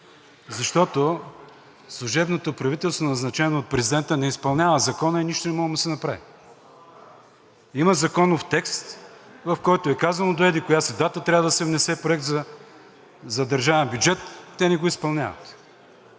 защото служебното правителство, назначено от президента, не изпълнява закона и нищо не може да му се направи. Има законов текст, в който е казано: до еди-коя си дата трябва да се внесе проект за държавен бюджет – те не го изпълняват.